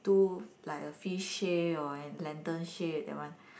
do like a fish shape or an lantern shape that one